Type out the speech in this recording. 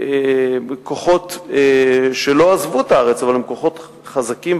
וגם לכוחות שלא עזבו את הארץ אבל הם כוחות חזקים.